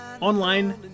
online